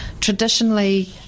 Traditionally